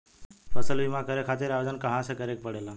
फसल बीमा करे खातिर आवेदन कहाँसे करे के पड़ेला?